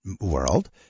world